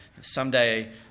Someday